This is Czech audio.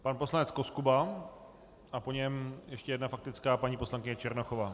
Pan poslanec Koskuba a po něm ještě jedna faktická paní poslankyně Černochová.